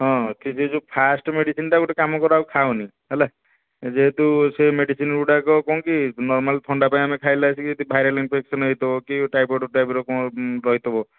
ହଁ ସେ ଯେଉଁ ଫାଷ୍ଟ୍ ମେଡିସିନ୍ଟା ଗୋଟେ କାମ କର ଆଉ ଖାଅନି ହେଲା ଯେହେତୁ ସେ ମେଡିସିନ୍ଗୁଡ଼ାକ କ'ଣ କି ନର୍ମାଲ୍ ଥଣ୍ଡା ପାଇଁ ଆମେ ଖାଇଲେ ଭାଇରଲ୍ ଇନିଫେକ୍ସନ୍ ରହିଥିବ ଟାଇଫଏଡ୍ ଟାଇପ୍ର କ'ଣ ରହିଥିବ